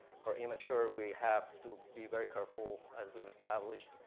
for immature, we have to be very careful, as we've established,